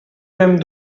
mêmes